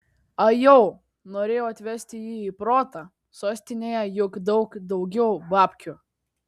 ajau norėjau atvesti jį į protą sostinėje juk daug daugiau babkių